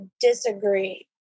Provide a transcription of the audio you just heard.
disagree